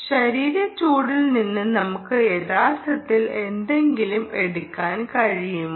ശരീര ചൂടിൽ നിന്ന് നമുക്ക് യഥാർത്ഥത്തിൽ എന്തെങ്കിലും എടുക്കാൻ കഴിയുമോ